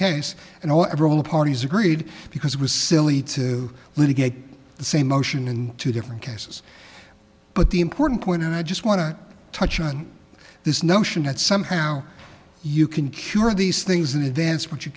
case and all of the parties agreed because it was silly to litigate the same motion in two different cases but the important point and i just want to touch on this notion that somehow you can cure these things in advance but you